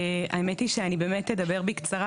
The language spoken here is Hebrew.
האמת היא שאני באמת אדבר בקצרה,